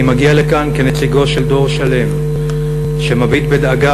אני מגיע לכאן כנציגו של דור שלם שמביט בדאגה